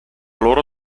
loro